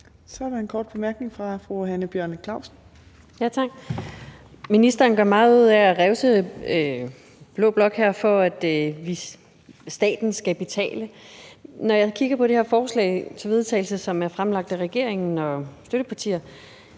Så er der en kort bemærkning fra fru Hanne Bjørn-Klausen. Kl. 17:55 Hanne Bjørn-Klausen (KF): Tak. Ministeren gør meget ud af at revse blå blok her for, at staten skal betale. Når jeg kigger på det her forslag til vedtagelse, som er fremlagt af regeringen og dens støttepartier,